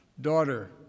daughter